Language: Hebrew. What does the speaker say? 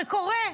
קורה,